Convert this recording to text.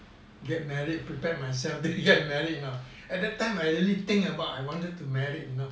get married prepared myself to get married you know at that time I really think about I wanted to marry you know